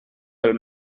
pel